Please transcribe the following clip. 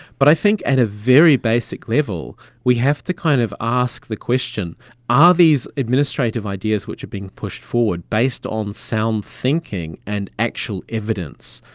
but i think at a very basic level, we have to kind of ask the question are these administrative ideas which are being pushed forward based on sound thinking and actual evidence?